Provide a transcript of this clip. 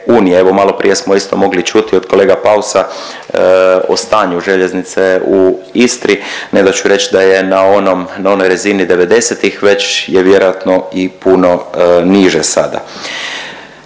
Evo, maloprije smo isto mogli čuti od kolega Pausa o stanju željeznice u Istri, ne da ću reći da je na onom, na onoj razini '90.-tih već je vjerojatno i puno niže sada.